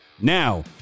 Now